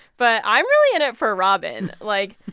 but i'm really in it for robyn. like,